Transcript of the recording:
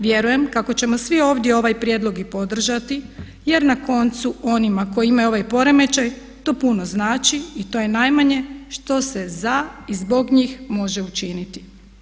Vjerujem kako ćemo svi ovdje ovaj prijedlog i podržati jer na koncu onima kojima imaju ovaj poremećaj to puno znači i to je najmanje što se za i zbog njih može učiniti.